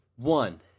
One